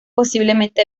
posiblemente